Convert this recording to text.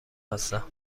هستند